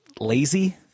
lazy